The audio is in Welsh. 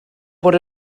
bod